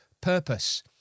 purpose